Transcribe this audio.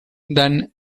than